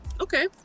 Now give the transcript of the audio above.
Okay